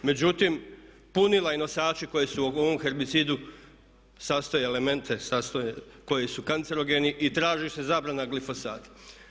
Međutim, punila i nosači koji su u ovom herbicidu sastoje elemente, sastoje koji su kancerogeni i traži se zabrana glifosata.